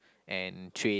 and train